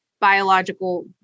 biological